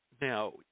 Now